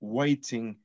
waiting